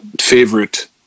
favorite